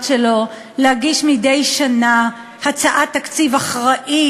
שלו להגיש מדי שנה הצעת תקציב אחראית,